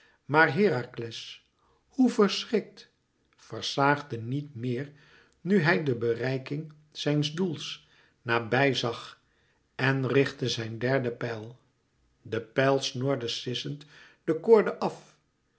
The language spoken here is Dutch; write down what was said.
maar herakles hoe verschrikt versaagde niet meer nu hij de bereiking zijns doels nabij zag en richtte zijn derde pijl de pijl snorde sissend de koorde af